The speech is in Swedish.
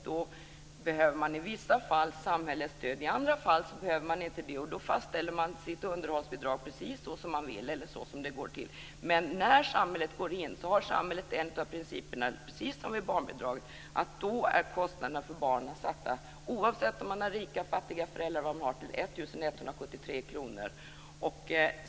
Då behöver man i vissa fall samhällets stöd. I andra fall behöver man inte det, och då fastställer man underhållsbidraget precis som man skall göra. Men när samhället går in är en av principerna att underhållsstödet är lika för alla barn, 1 173 kr, oavsett om föräldrarna är rika eller fattiga. Det är precis som med barnbidraget.